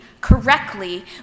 correctly